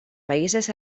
países